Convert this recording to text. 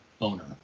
owner